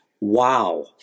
Wow